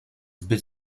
zbyt